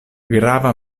grava